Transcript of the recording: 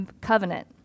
covenant